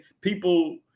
people